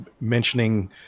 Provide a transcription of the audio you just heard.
mentioning